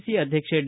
C ಅಧ್ಯಕ್ಷ D